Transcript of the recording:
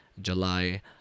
July